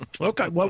Okay